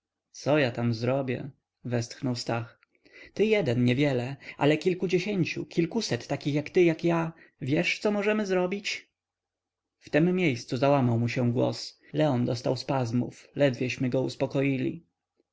co ja tam zrobię westchnął stach ty jeden niewiele ale kilkudziesięciu kilkuset takich jak ty i ja czy wiesz co możemy zrobić w tem miejscu załamał mu się głos leon dostał spazmów ledwieśmy go uspokoili